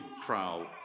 prowl